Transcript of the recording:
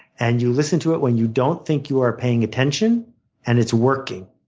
and you listen to it when you don't think you are paying attention and it's working.